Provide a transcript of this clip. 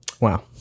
Wow